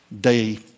day